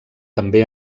també